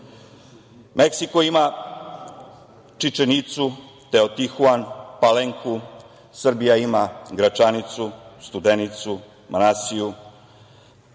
bliska. Meksiko ima Čičanicu, Teotihuan, Palenku, Srbija ima Gračanicu, Studenicu, Manasiju,